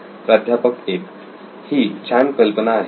प्राध्यापक 1 ही छान कल्पना आहे